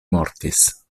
mortis